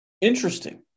interesting